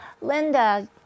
Linda